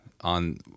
on